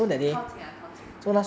靠近 lah 靠近